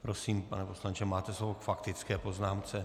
Prosím, pane poslanče, máte slovo k faktické poznámce.